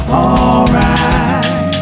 alright